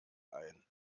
ein